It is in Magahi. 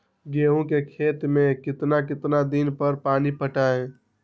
गेंहू के खेत मे कितना कितना दिन पर पानी पटाये?